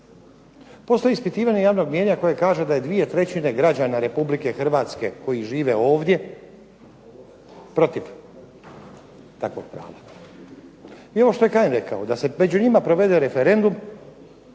Postoji ispitivanje javnog mijenja koji kaže da je dvije trećine građana Republike Hrvatske koji žive ovdje protiv takvog prava. I ono što je Kajin rekao da se među njima provede referendum